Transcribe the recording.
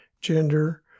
gender